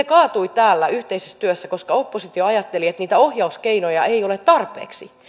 kaatui täällä yhteistyössä koska oppositio ajatteli että niitä ohjauskeinoja ei ole tarpeeksi